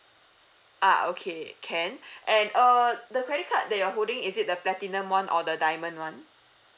uh okay can and uh the credit card that you're holding is it the platinum one or the diamond one